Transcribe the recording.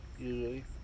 usually